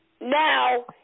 now